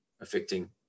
affecting